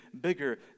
bigger